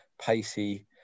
pacey